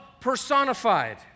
personified